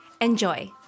Enjoy